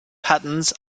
patterns